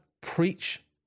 preach